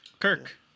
Kirk